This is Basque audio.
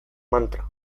mantra